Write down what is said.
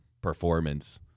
performance